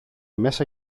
μέσα